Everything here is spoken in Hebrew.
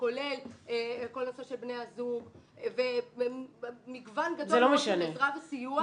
כולל כל הנושא של בני הזוג ומגוון גדול של עזרה וסיוע.